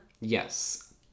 Yes